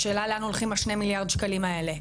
השאלה לאן הולכים השני מיליארד שקלים האלה,